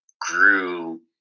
grew